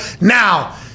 Now